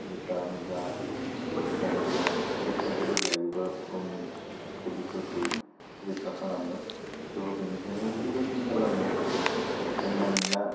जुथा मुजा गानोब्ला सेफगार्डफोर लायोबा गावनि बदिफोरखौ रैखा खालामो सह बिनिखायनो जुदि बाइकिं खालामो जानला मोनला